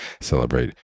celebrate